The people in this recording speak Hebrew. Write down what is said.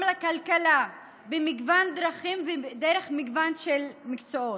לכלכלה במגוון דרכים ודרך מגוון של מקצועות.